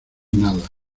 nada